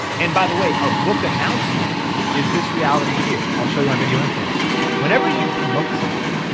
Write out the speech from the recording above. and by the way, a book announcement is this reality here. i'll show you on video influencers. whenever you promote something,